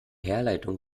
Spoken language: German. herleitung